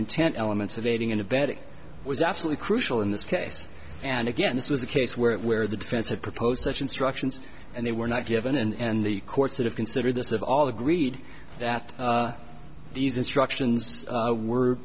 intent elements of aiding and abetting was absolutely crucial in this case and again this was a case where it where the defense had proposed such instructions and they were not given and the courts that have considered this have all agreed that these instructions were